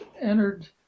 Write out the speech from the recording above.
entered